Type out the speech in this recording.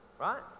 right